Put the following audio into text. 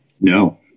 No